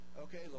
Okay